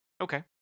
Okay